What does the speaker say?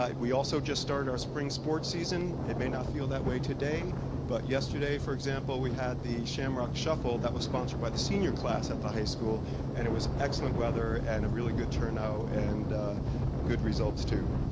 like we also just start our spring sports season. it may not feel that way today but yesterday for example we had the shamrock shuffle that was sponsored by the senior class at the high school and it was excellent weather and a really good turnout and good results too.